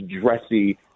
dressy